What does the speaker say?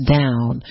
down